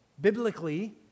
Biblically